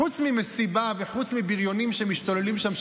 חוץ ממסיבה וחוץ מבריונים שמשתוללים שם,